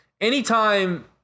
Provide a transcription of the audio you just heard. anytime